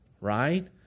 right